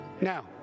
Now